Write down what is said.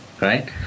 Right